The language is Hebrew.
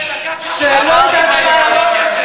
לא רוצה לשבור את הכלים,